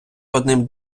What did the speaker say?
одним